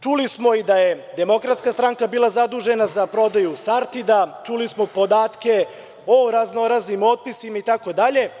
Čuli smo i da je DS bila zadužena za prodaju SARTID-a, čuli smo podatke o raznoraznim otpisima, itd.